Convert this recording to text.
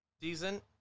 Decent